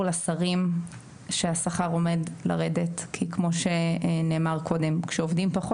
מה זאת אומרת יש תקציבים?